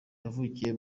yavukiye